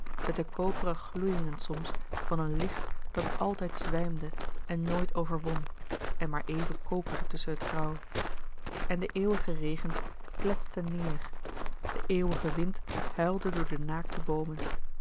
met de koperen gloeiïngen soms van een licht dat altijd zwijmde en nooit overwon en maar even koperde tusschen het grauw en de eeuwige regens kletsten neêr de eeuwige wind huilde door de naakte boomen